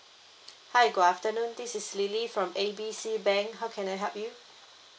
hi good afternoon this is lily from A B C bank how can I help you